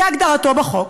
כהגדרתו בחוק,